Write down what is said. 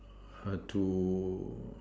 to